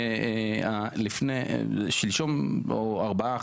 לפני ארבעה,